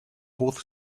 both